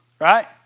Right